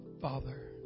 Father